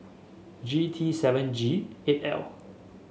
three T seven G eight L